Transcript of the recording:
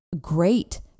great